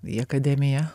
į akademiją